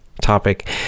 topic